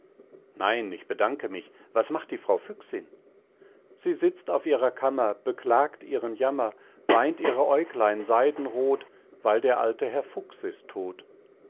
nein ich bedanke mich was macht die frau füchsin sie sitzt auf ihrer kammer beklagt ihren jammer weint ihre aeuglein seidenroth weil der alte herr fuchs ist todt